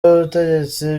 y’ubutegetsi